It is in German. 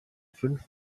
fünf